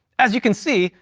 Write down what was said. as you can see,